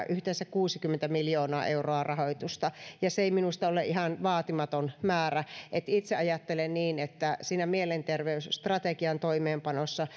yhteensä kuusikymmentä miljoonaa euroa rahoitusta se ei minusta ole ihan vaatimaton määrä itse ajattelen että siinä mielenterveysstrategian toimeenpanossa